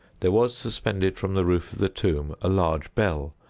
there was suspended from the roof of the tomb, a large bell,